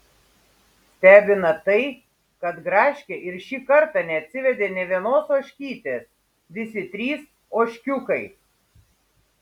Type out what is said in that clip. stebina tai kad gražkė ir šį kartą neatsivedė nė vienos ožkytės visi trys ožkiukai